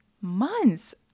months